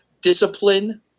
discipline